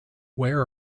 where